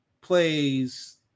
plays